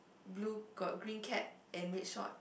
blue got green cat and red short